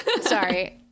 Sorry